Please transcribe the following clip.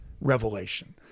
revelation